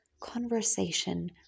conversation